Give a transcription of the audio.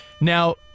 Now